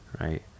right